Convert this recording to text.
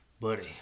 Buddy